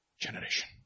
generation